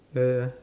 uh